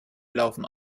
laufen